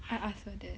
I ask her there